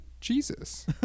Jesus